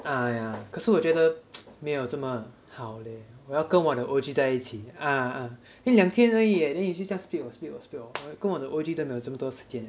ah yeah 可是我觉得 没有这么好 leh 我要跟我的 O_G 在一起 ah ah 才两天而已 eh then 你就这样 split 我 split 我 split 我我跟我的 O_G 都没有这么多时间